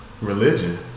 Religion